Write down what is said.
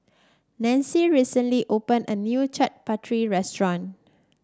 Nanci recently opened a new Chaat Papri restaurant